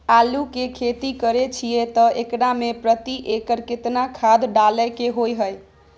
आलू के खेती करे छिये त एकरा मे प्रति एकर केतना खाद डालय के होय हय?